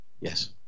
Yes